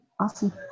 Awesome